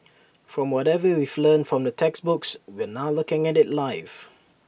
from whatever we've learnt from the textbooks we're now looking at IT live